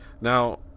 Now